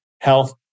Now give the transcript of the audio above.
health